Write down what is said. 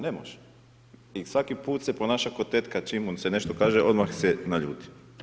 Ne može i svaki put se ponaša ko tetka, čim mu se nešto kaže, odmah se naljuti.